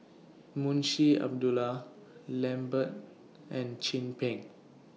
Munshi Abdullah Lambert and Chin Peng